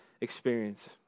experience